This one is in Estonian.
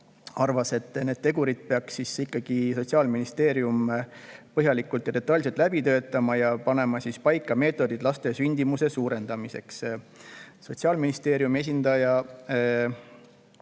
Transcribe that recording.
arvas, et need tegurid peaks Sotsiaalministeerium ikkagi põhjalikult ja detailselt läbi töötama ning panema paika meetodid laste sündimuse suurendamiseks. Sotsiaalministeeriumi esindaja